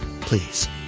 Please